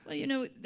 ah you know,